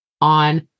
on